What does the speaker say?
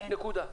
נקודה.